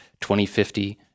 2050